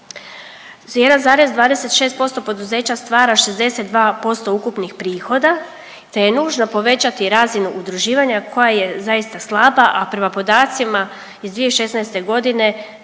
26% poduzeća stvara 62% ukupnih prihoda te je nužno povećati razinu udruživanja koja je zaista slaba, a prema podacima iz 2016. godine svega